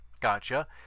Gotcha